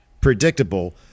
predictable